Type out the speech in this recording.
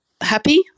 happy